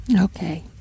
Okay